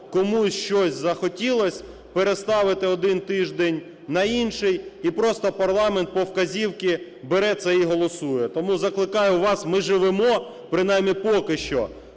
комусь щось захотілось, переставити один тиждень на інший, і просто парламент по вказівці бере це і голосує. Тому закликаю вас, ми живемо, принаймні поки що,